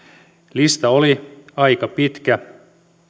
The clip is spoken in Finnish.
lista oli aika pitkä